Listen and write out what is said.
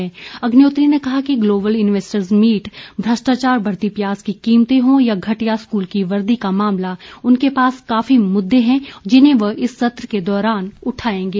मुकेश अग्निहोत्री ने कहा कि ग्लोबल इन्वेस्टर्स मीट भ्रष्टाचार बढ़ती प्याज की कीमतें हों या घटिया स्कूल की वर्दी का मामला उनके पास काफी मुद्दे हैं जिन्हें वो इस सत्र के दौरान उठाएंगे